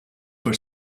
for